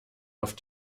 auf